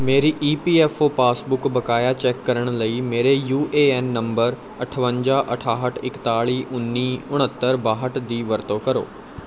ਮੇਰੀ E P F O passbook ਬਕਾਇਆ check ਕਰਨ ਲਈ ਮੇਰੇ ਯੂ ਏ ਐਨ ਨੰਬਰ ਅਠਵੰਜਾ ਅਠਾਹਠ ਇੱਕਤਾਲੀ ਉੱਨੀ ਉਣਹੱਤਰ ਬਾਹਠ ਦੀ ਵਰਤੋਂ ਕਰੋ